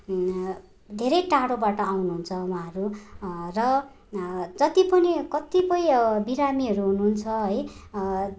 धेरै टाढोबाट आउनुहुन्छ उहाँहरू र जति पनि कतिपय बिरामीहरू हुनुहुन्छ है